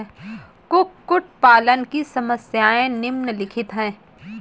कुक्कुट पालन की समस्याएँ निम्नलिखित हैं